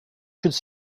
should